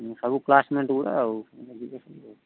ସବୁ କ୍ଲାସମେଟ୍ ଗୁଡ଼ା ଆଉ ଯିବେ ସବୁ